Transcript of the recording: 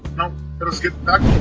let us get back